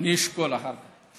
אני אשקול אחר כך.